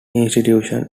institutions